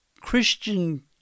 Christian